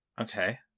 Okay